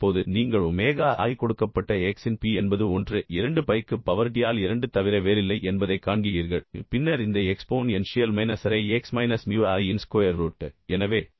இப்போது நீங்கள் omega i கொடுக்கப்பட்ட x இன் P என்பது 1 2 பை க்கு பவர் d ஆல் 2 தவிர வேறில்லை என்பதைக் காண்கிறீர்கள் பின்னர் இந்த எக்ஸ்போனென்ஷியல் மைனஸ் அரை x மைனஸ் மியூ i இன் ஸ்கொயர் ரூட்